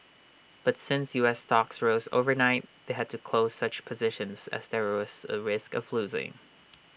but since U S stocks rose overnight they had to close such positions as there was A risk of losing